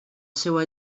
seua